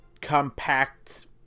compact